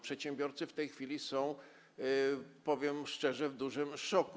Przedsiębiorcy w tej chwili są, powiem szczerze, w dużym szoku.